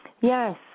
Yes